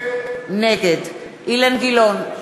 נגד אילן גילאון,